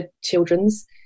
children's